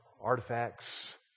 artifacts